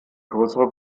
größere